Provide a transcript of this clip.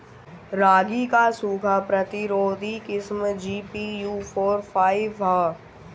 रागी क सूखा प्रतिरोधी किस्म जी.पी.यू फोर फाइव ह?